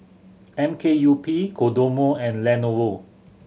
M K U P Kodomo and Lenovo